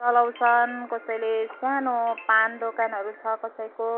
चलाउँछन् कसैले सानो पान दोकानहरू छ कसैको